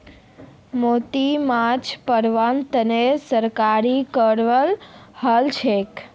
मोती माछ पालनेर तने सरकारो सतर्क रहछेक